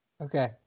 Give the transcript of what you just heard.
Okay